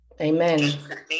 Amen